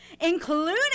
including